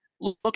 look